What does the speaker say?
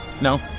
No